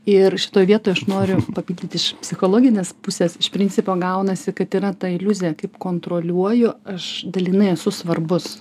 ir šitoj vietoj aš noriu pamėgint iš psichologinės pusės iš principo gaunasi kad yra ta iliuzija kaip kontroliuoju aš dalinai esu svarbus